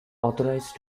authorized